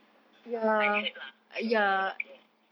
um I heard lah I don't know whether true or not